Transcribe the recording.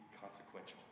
consequential